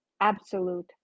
absolute